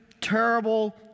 terrible